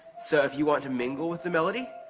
so, if you want to mingle with the melody.